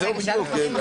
לצערנו,